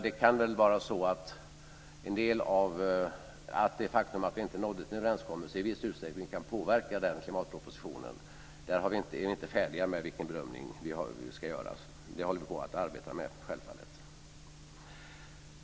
Det faktum att vi inte nådde en överenskommelse kan i viss utsträckning påverka den klimatpropositionen. Vi är inte färdiga med vår bedömning, men självfallet arbetar vi med den.